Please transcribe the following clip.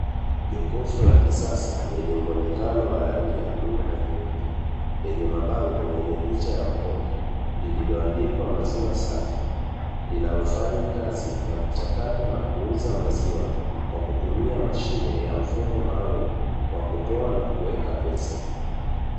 Jokofu la kisasa, lenye muonekano wa rangi ya bluu na nyeupe, lenye mabango yenye picha ya mtoto, lililoandikwa maziwa safi, linalofanya kazi ya kuchakata na kuuza maziwa kwa kutumia mashine ya mfumo maalumu wa kutoa na kuweka pesa.